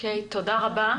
תודה רבה.